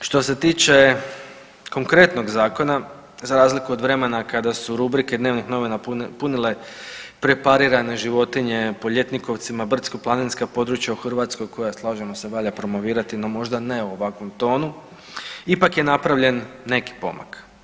No, što se tiče konkretnog zakona za razliku od vremena kada su rubrike dnevnih novina punile preparirane životinje po ljetnikovcima brdsko-planinska područja u Hrvatskoj koja slažemo se valja promovirati, no možda ne u ovakvom tonu, ipak je napravljen neki pomak.